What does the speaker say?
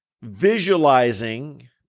visualizing